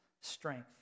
strength